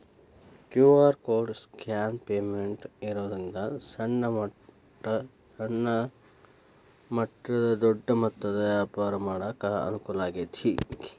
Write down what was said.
QR code scan payment ಇರೋದ್ರಿಂದ ಸಣ್ಣ ಮಟ್ಟ ದೊಡ್ಡ ಮೊತ್ತದ ವ್ಯಾಪಾರ ಮಾಡಾಕ ಅನುಕೂಲ ಆಗೈತಿ